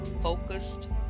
focused